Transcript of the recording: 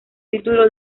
título